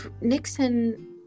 Nixon